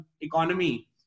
economy